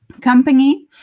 company